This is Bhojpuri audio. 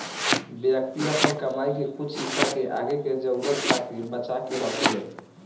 व्यक्ति आपन कमाई के कुछ हिस्सा के आगे के जरूरतन खातिर बचा के रखेलेन